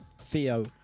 Theo